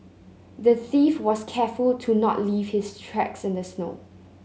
the thief was careful to not leave his tracks in the snow